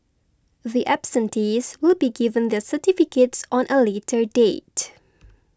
the absentees will be given their certificates on a later date